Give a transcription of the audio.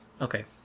Okay